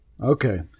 Okay